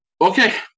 Okay